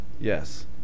Yes